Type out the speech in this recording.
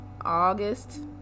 August